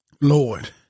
Lord